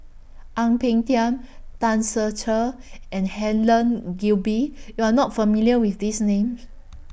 Ang Peng Tiam Tan Ser Cher and Helen Gilbey YOU Are not familiar with These Names